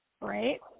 right